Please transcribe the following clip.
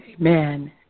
Amen